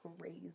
crazy